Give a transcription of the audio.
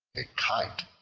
a kite,